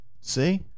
See